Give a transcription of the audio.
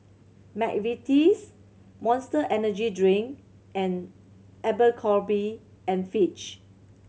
McVitie's Monster Energy Drink and Abercrombie and Fitch